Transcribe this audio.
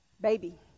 Baby